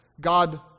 God